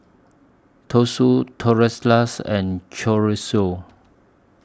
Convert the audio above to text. Tosui Tortillas and Chorizo